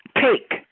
take